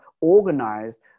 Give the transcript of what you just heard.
organized